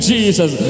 Jesus